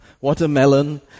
watermelon